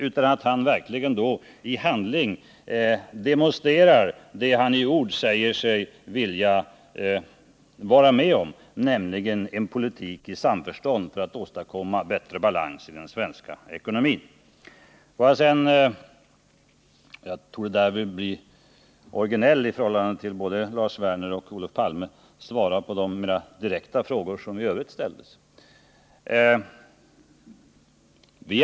Jag hoppas att han i handling demonstrerar vad han i ord säger sig vilja vara med om, nämligen en politik i samförstånd för att åstadkomma bättre balans i den svenska ekonomin. Låt mig sedan — jag torde därvid framstå som originell i jämförelse med Lars Werner och Olof Palme — svara på de mera direkta frågor som i övrigt ställdes.